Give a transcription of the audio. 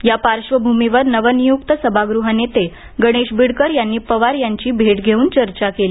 या पार्श्वभूमीवर नवनियुक्त सभागृह नेते गणेश बिडकर यांनी पवार यांची भेट घेऊन चर्चा केली